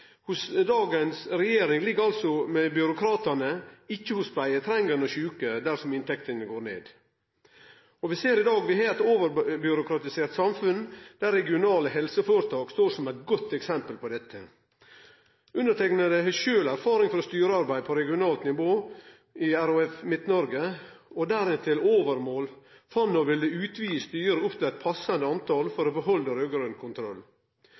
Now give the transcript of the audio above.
hos dagens regjering ligg altså hos byråkratane, ikkje hos pleietrengjande og sjuke dersom inntektene går ned. Vi ser at vi i dag har eit overbyråkratisert samfunn. Regionale helseføretak er gode eksempel på dette. Underteikna har sjølv erfaring frå styrearbeid på regionalt nivå i Midt-Norge RHF, der ein til overmål fann å ville utvide styret opp til eit passande tal for å behalde raud-grøn kontroll.